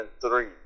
three